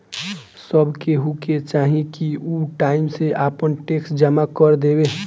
सब केहू के चाही की उ टाइम से आपन टेक्स जमा कर देवे